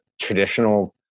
traditional